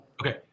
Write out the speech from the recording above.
Okay